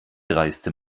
dreiste